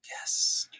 Yes